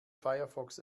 firefox